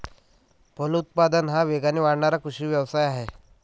फलोत्पादन हा वेगाने वाढणारा कृषी व्यवसाय आहे